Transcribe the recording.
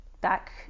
back